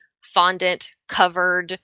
fondant-covered